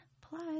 plus